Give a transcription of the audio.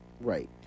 Right